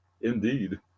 Indeed